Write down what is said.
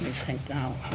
think now,